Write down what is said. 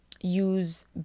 use